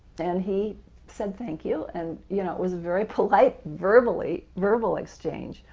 and he said, thank you, and you know was very polite, verbally, verbal exchange,